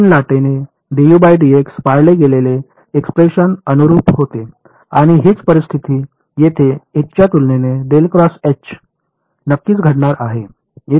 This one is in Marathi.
प्लेन लाटेने पाळले गेलेले एक्सप्रेशन अनुरुप होते आणि हीच परिस्थिती येथे एचच्या तुलनेने नक्कीच घडणार आहे